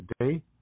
today